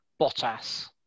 Bottas